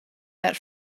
that